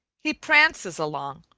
he prances along,